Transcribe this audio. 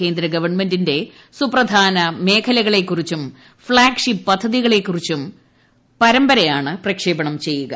കേന്ദ്ര ഗ്ലൂൺ്മെന്റിന്റെ സുപ്രധാന മേഖലകളെക്കുറിച്ചും ഫ്ളാശ്ഷിപ്പ് പദ്ധതികളെക്കുറിച്ചും പരമ്പരയാണ് പ്രക്ഷേപണ്ട് ചെയ്യുക